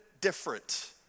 different